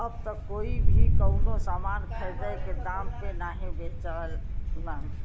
अब त कोई भी कउनो सामान बाजार के दाम पे नाहीं बेचलन